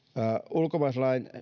ulkomaalaislain